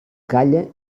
calla